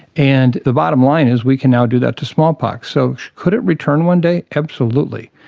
and the bottom line is we can now do that to smallpox. so could it return one day? absolutely.